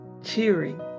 cheering